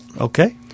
Okay